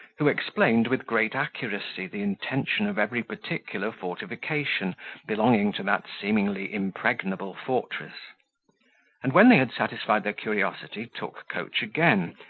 who explained with great accuracy the intention of every particular fortification belonging to that seemingly impregnable fortress and, when they had satisfied their curiosity, took coach again,